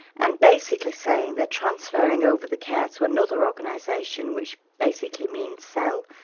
and, basically, saying they're transferring over the care to another organisation, which basically means sell,